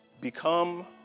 Become